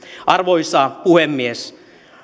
arvoisa puhemies